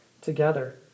together